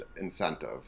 incentive